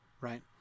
Right